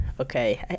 okay